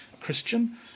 Christian